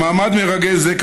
במעמד מרגש זה,